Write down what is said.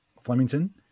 Flemington